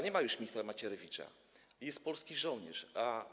Nie ma już ministra Macierewicza, jest polski żołnierz.